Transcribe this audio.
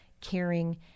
caring